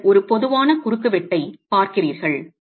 நீங்கள் ஒரு பொதுவான குறுக்குவெட்டைப் பார்க்கிறீர்கள்